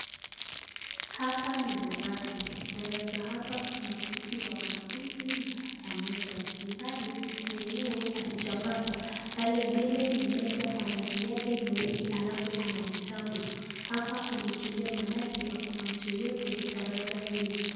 Hapa ni darasa. Darasa hapa kuna viti ya wanafunzi na meza. Ilhali viti zenyewe hazijapangwa, pale mbele ni meza kwa rangi yake nyeupe alafu iko na kitabu hapa kumetulia manake hakuna mtu yeyote darasa hili.